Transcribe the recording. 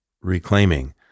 reclaiming